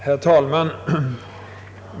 Herr talman!